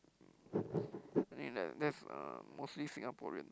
I think that that's uh mostly Singaporean